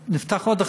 נפתח עוד אחד.